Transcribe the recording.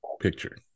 picture